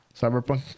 Cyberpunk